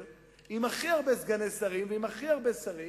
עם הכי הרבה סגני שרים ועם הכי הרבה שרים,